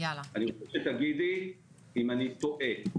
תגידי אם אני טועה.